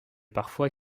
parfois